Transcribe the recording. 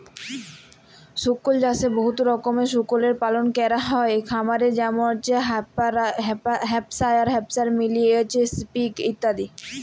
শুকর চাষে বহুত রকমের শুকরের পালল ক্যরা হ্যয় খামারে যেমল হ্যাম্পশায়ার, মিলি পিগ ইত্যাদি